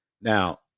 Now